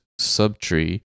subtree